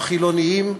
בחילונים,